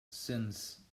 since